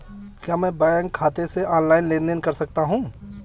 क्या मैं बैंक खाते से ऑनलाइन लेनदेन कर सकता हूं?